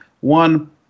One